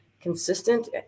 consistent